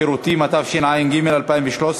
הצבעה במועד אחר.